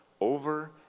Over